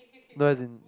no as in